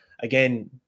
again